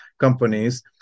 companies